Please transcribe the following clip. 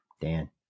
Dan